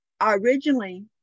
originally